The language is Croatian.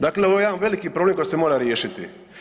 Dakle ovo je jedan veliki problem koji se mora riješiti.